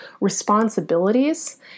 responsibilities